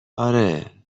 اره